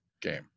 game